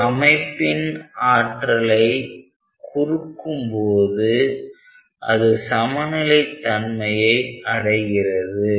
ஒரு அமைப்பின் ஆற்றலை குறுக்கும் பொழுது அது சமநிலைத் தன்மையை அடைகிறது